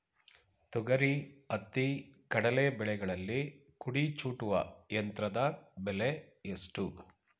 ತೊಗರಿ, ಹತ್ತಿ, ಕಡಲೆ ಬೆಳೆಗಳಲ್ಲಿ ಕುಡಿ ಚೂಟುವ ಯಂತ್ರದ ಬೆಲೆ ಎಷ್ಟು?